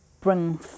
bring